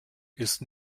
ist